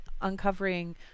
uncovering